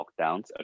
lockdowns